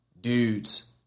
dudes